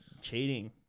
cheating